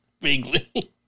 Vaguely